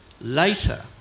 later